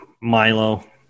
Milo